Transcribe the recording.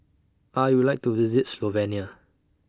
I Would like to visit Slovenia